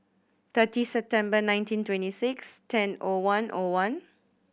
thirty September nineteen twenty six ten O one O one